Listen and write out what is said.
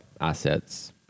assets